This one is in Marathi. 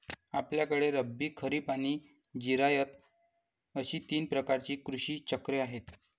आपल्याकडे रब्बी, खरीब आणि जिरायत अशी तीन प्रकारची कृषी चक्रे आहेत